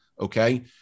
okay